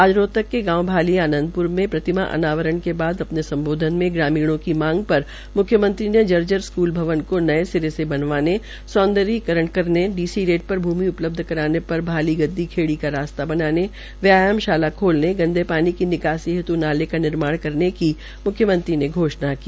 आज रोहतक के गांव माली में आनंदप्र में प्रतिमा अनावरण के बाद अपने सम्बोधन में ग्रामीणों की मांग पर मुख्यमंत्री ने जर्जर स्कूल भवन को नये सिरे से बनवाने सौन्दर्यीकरण करने डी सी रेट पर भूमि उपलब्ध कराने पर भाली गद्दी खेड़ी का रास्ता बनाने व्यायाम शाला खोलने गंदे पानी की निकासी हेत् नाले का निर्माण करने की घोषणा की